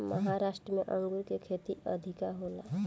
महाराष्ट्र में अंगूर के खेती अधिका होला